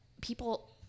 people